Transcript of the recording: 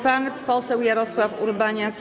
Pan poseł Jarosław Urbaniak.